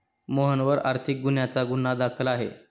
मोहनवर आर्थिक गुन्ह्याचा गुन्हा दाखल आहे